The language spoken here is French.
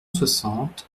soixante